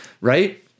right